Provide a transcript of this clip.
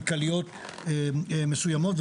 כלכליות מסוימות.